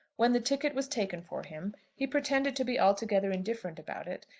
when the ticket was taken for him he pretended to be altogether indifferent about it,